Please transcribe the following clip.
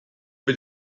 mit